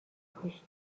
پشت